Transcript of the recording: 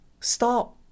Stop